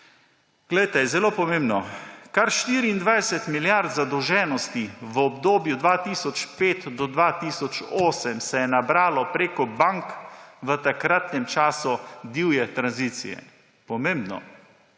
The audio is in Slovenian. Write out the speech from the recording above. k vsemu. Zelo pomembno. Kar 24 milijard zadolženosti v obdobju 2005 do 2008 se je nabralo prek bank v takratnem času divje tranzicije. Pomembno.